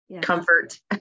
comfort